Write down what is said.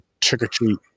trick-or-treat